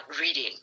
reading